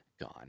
gone